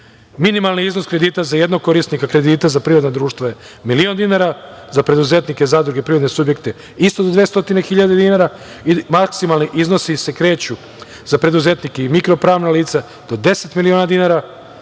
Minimalni iznos kredita za jednog korisnika kredita, za privredna društva je miliona dinara, za preduzetnike, zadruge, privredne subjekte isto do 200.000 dinara. Maksimalni iznosi se kreću za preduzetnike i mikro pravna lica do 10 miliona dinara,